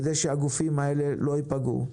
כדי שהגופים האלה לא ייפגעו.